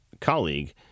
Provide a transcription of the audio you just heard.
colleague